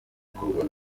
bikorwa